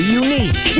unique